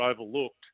overlooked